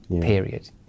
period